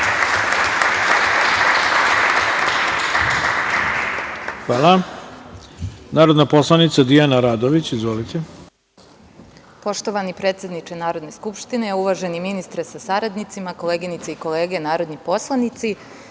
Hvala. Narodna poslanica Dijana Radović. Izvolite. **Dijana Radović** Poštovani predsedniče Narodne skupštine, uvaženi ministre sa saradnicima, koleginice i kolege narodni poslanici,